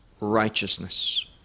righteousness